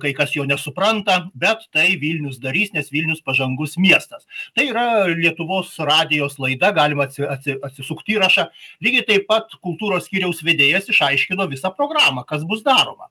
kai kas jo nesupranta bet tai vilnius darys nes vilnius pažangus miestas tai yra lietuvos radijos laida galima atsi atsi atsisukt įrašą lygiai taip pat kultūros skyriaus vedėjas išaiškino visą programą kas bus daroma